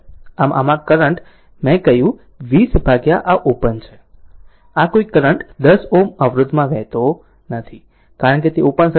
આમ આમાં કરંટ મેં કહ્યું 20 આ ઓપન છે આ કોઈ કરંટ 10 Ω અવરોધમાં વહેતો નથી કારણ કે તે ઓપન સર્કિટ છે